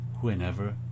whenever